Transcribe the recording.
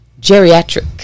Geriatric